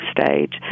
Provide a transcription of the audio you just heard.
stage